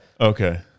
Okay